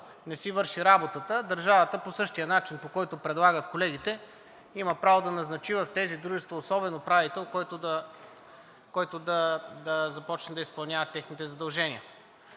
не си върши работата, държавата по същия начин, по който предлагат колегите, има право да назначи в тези дружества особен управител, който да започне да изпълнява техните задължения.